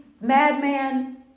madman